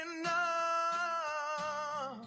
enough